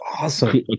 awesome